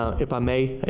if i may.